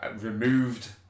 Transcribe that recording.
removed